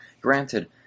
granted